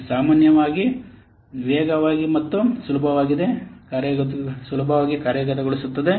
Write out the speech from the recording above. ಇದು ಸಾಮಾನ್ಯವಾಗಿ ವೇಗವಾಗಿ ಮತ್ತು ಸುಲಭವಾಗಿದೆ ಕಾರ್ಯಗತಗೊಳಿಸುತ್ತದೆ